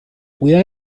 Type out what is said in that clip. cuida